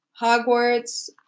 Hogwarts